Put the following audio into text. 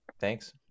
Thanks